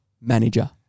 manager